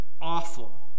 awful